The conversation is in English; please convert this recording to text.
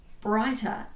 brighter